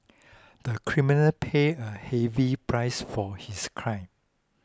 the criminal paid a heavy price for his crime